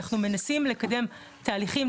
אנחנו מנסים לקדם תהליכים,